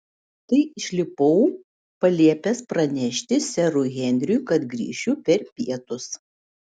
tai išlipau paliepęs pranešti serui henriui kad grįšiu per pietus